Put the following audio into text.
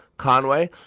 Conway